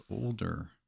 older